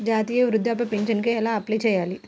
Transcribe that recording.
జాతీయ వృద్ధాప్య పింఛనుకి ఎలా అప్లై చేయాలి?